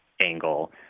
angle